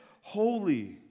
holy